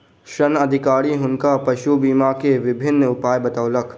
ऋण अधिकारी हुनका पशु बीमा के विभिन्न उपाय बतौलक